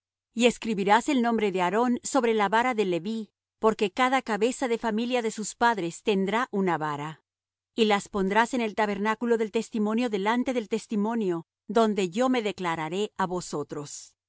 y escribirás el nombre de aarón sobre la vara de leví porque cada cabeza de familia de sus padres tendrá una vara y las pondrás en el tabernáculo del testimonio delante del testimonio donde yo me declararé á vosotros